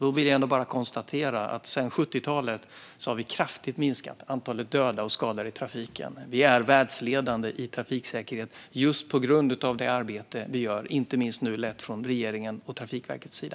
Då vill jag ändå bara konstatera att antalet döda och skadade i trafiken kraftigt har minskat sedan 70-talet. Vi är världsledande i trafiksäkerhet just på grund av det arbete vi gör, och det arbetet leds nu inte minst från regeringens och Trafikverkets sida.